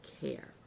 care